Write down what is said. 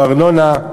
לא ארנונה,